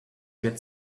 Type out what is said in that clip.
get